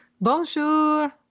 Bonjour